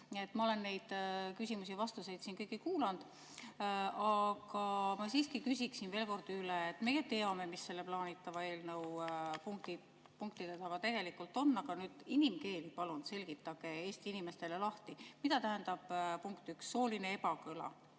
Ma olen neid küsimusi ja vastuseid siin kõiki kuulanud, aga ma siiski küsin veel kord üle.Me ju teame, mis selle plaanitava eelnõu punktide taga tegelikult on. Aga nüüd palun selgitage inimkeeli Eesti inimestele lahti, mida tähendab, punkt üks, sooline ebakõla,